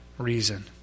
reason